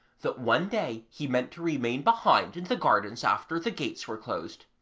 that one day he meant to remain behind in the gardens after the gates were closed.